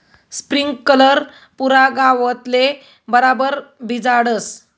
sprinkler पुरा गावतले बराबर भिजाडस